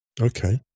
Okay